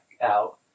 out